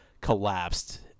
collapsed